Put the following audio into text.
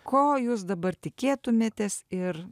ko jūs dabar tikėtumėtės ir